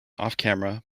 offcamera